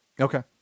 okay